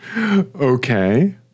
Okay